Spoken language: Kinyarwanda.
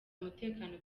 umutekano